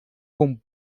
com